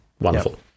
wonderful